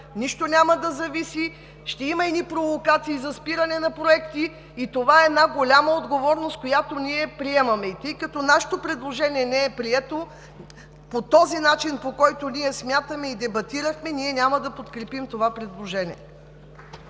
нищо няма да зависи, ще има провокации за спиране на проекти и това е голяма отговорност, която ние приемаме. Тъй като нашето предложение не е прието по този начин, по който ние смятаме и дебатирахме, ние няма да подкрепим това предложение.